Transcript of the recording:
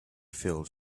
field